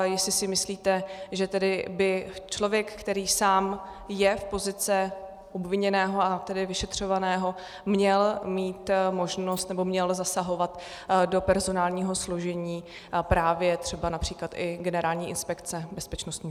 Jestli si myslíte, že tedy by člověk, který sám je v pozici obviněného, a tedy vyšetřovaného, měl mít možnost nebo měl zasahovat do personálního složení právě třeba například i Generální inspekce bezpečnostních sborů.